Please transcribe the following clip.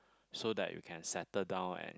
so that you can settle down and